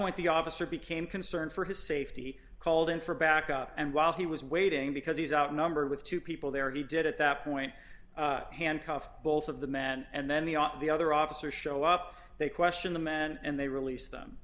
point the officer became concerned for his safety called in for backup and while he was waiting because he's outnumbered with two people there he did at that point handcuff both of the men and then the on the other officer show up they question the man and they release them